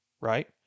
right